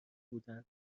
بودند